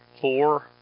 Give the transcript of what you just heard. four